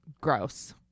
Gross